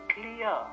clear